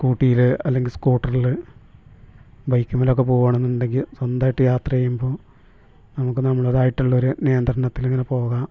സ്കൂട്ടിയിൽ അല്ലെങ്കിൽ സ്കൂട്ടറിൽ ബൈക്കിന്മേലൊക്കെ പോവുകയാണ് എന്നുണ്ടെങ്കിൽ സ്വന്തമായിട്ട് യാത്ര ചെയ്യുമ്പോൾ നമുക്ക് നമ്മളേതായിട്ടുള്ള ഒരു നിയന്ത്രണത്തിൽ ഇങ്ങനെ പോകാം